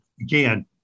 again